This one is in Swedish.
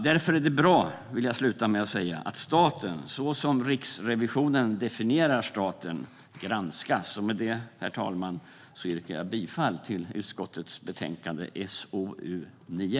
Därför är det bra att staten, såsom Riksrevisionen definierar staten, granskas. Med det, herr talman, yrkar jag bifall till utskottets förslag i socialutskottets betänkande SoU9.